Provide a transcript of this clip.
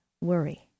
worry